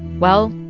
well,